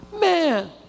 man